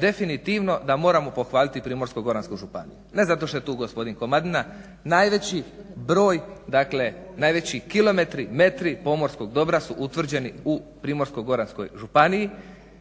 definitivno da moramo pohvaliti Primorsko-goransku županiju, ne zato što je tu gospodin Komadina, najveći broj, dakle najveći kilometri, metri pomorskog dobra su utvrđeni u Primorsko-goranskoj županiji